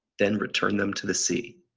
then return them to the sea.